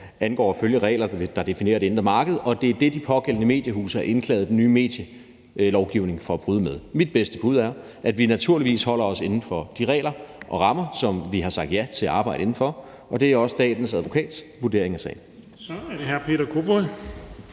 angår at følge de regler, der definerer det indre marked, og det er det, de pågældende mediehuse har klaget over at den nye medielovgivning bryder med. Mit bedste bud er, at vi naturligvis holder os inden for de regler og rammer, som vi har sagt ja til at arbejde inden for, og det er også statens advokats vurdering af sagen. Kl. 16:03 Den fg.